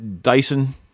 Dyson